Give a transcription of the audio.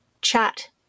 chat